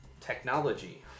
technology